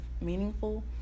meaningful